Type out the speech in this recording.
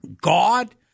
God